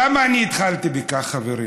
למה אני התחלתי בכך, חברים?